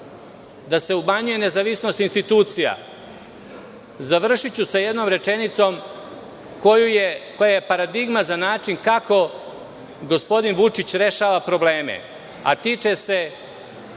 da se umanjuje nezavisnost institucija. Završiću sa jednom rečenicom koja je paradigma za način kako gospodin Vučić rešava probleme, a tiče se